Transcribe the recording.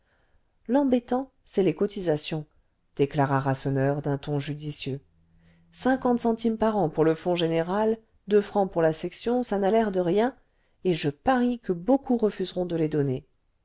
l'embêtant c'est les cotisations déclara rasseneur d'un ton judicieux cinquante centimes par an pour le fonds général deux francs pour la section ça n'a l'air de rien et je parie que beaucoup refuseront de les donner